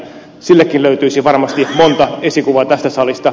sillekin löytyisi varmasti monta esikuvaa tästä salista